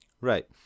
right